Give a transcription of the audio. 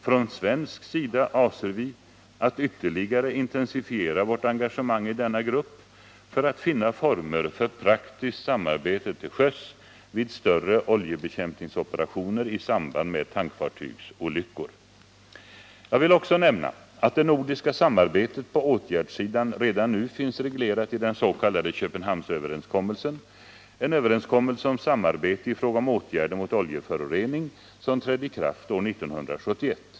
Från svensk sida avser vi att yttérligare intensifiera vårt engagemang i denna grupp för att finna former för praktiskt samarbete till sjöss vid större oljebekämpningsoperationer i samband med tankfartygsolyckor. Jag vill också nämna att det nordiska samarbetet på åtgärdssidan redan nu finns reglerat i den s.k. Köpenhamnsöverenskommelsen, en överenskommelse om samarbete i fråga om åtgärder mot oljeförorening som trädde i kraft år 1971.